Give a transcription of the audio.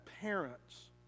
parents